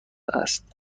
است